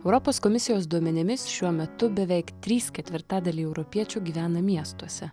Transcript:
europos komisijos duomenimis šiuo metu beveik trys ketvirtadaliai europiečių gyvena miestuose